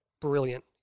brilliant